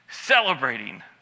celebrating